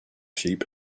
sheep